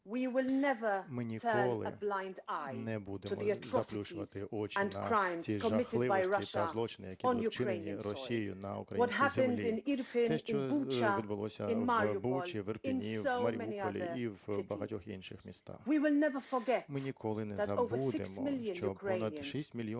Ми ніколи не будемо заплющувати очі на ці жахливості та злочини, які були вчинені Росією на українській землі, те, що відбулося в Бучі, в Ірпені, в Маріуполі, і в багатьох інших містах. Ми ніколи не забудемо, що понад шість мільйонів українців